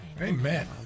Amen